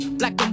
black